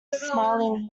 smiling